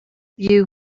view